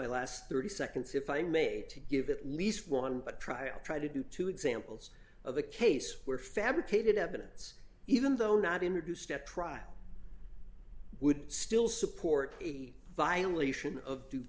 my last thirty seconds if i may to give at least one but try i try to do two examples of a case where fabricated evidence even though not introduced at trial would still support a violation of due